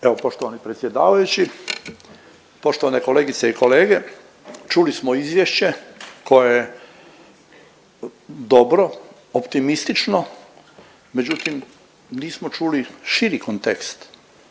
Evo poštovani predsjedavajući, poštovane kolegice i kolege. Čuli smo izvješće koje je dobro, optimistično, međutim nismo čuli širi kontekst